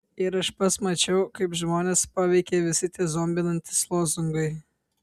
ir aš pats mačiau kaip žmones paveikia visi tie zombinantys lozungai